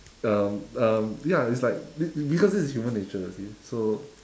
um um ya it's like be~ because this is human nature you see so